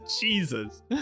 Jesus